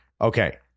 Okay